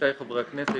עמיתיי חברי הכנסת,